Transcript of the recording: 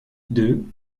deux